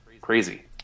crazy